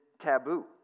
taboo